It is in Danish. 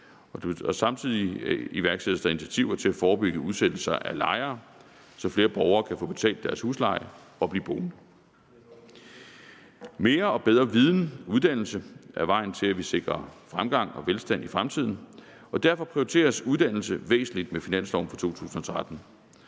samtidig iværksættes der initiativer til at forebygge udsættelse af lejere, så flere borgere kan få betalt deres husleje og blive boende. Mere og bedre viden og uddannelse er vejen til, at vi sikrer fremgang og velstand i fremtiden, og derfor prioriteres uddannelse væsentligt med finansloven for 2013.